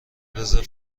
رزرو